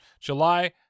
July